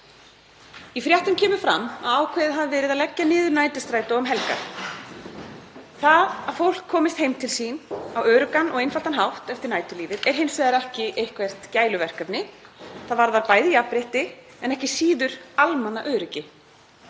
Í fréttum kemur fram að ákveðið hafi verið að leggja niður næturstrætó um helgar. Það að fólk komist heim til sín á öruggan og einfaldan hátt eftir næturlífið er hins vegar ekki eitthvert gæluverkefni, það varðar bæði jafnrétti en ekki síður almannaöryggi.